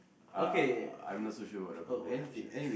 uh I'm not so sure about the proper word ah